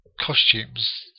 costumes